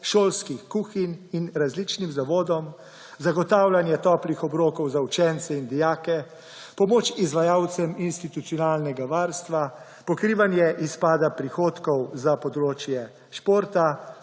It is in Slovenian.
šolskih kuhinj in različnim zavodom, zagotavljanje toplih obrokov za učence in dijake, pomoč izvajalcem institucionalnega varstva, pokrivanje izpada prihodkov za področje športa,